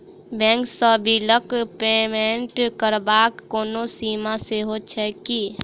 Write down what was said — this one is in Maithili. बैंक सँ बिलक पेमेन्ट करबाक कोनो सीमा सेहो छैक की?